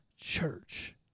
church